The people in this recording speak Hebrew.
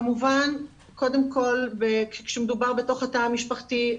כמובן קודם כל כשמדובר בתוך התא המשפחתי,